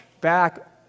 back